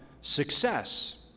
success